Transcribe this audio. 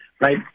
right